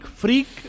freak